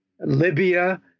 Libya